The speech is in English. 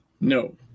No